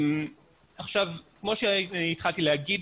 כמו שהתחלתי להגיד,